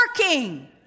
working